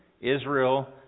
Israel